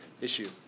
issue